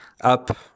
up